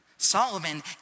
Solomon